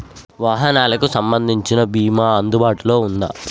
వాహనాలకు సంబంధించిన బీమా అందుబాటులో ఉందా?